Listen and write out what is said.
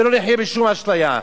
ולא נחיה בשום אשליה,